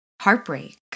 heartbreak